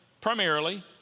primarily